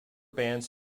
bands